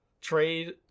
trade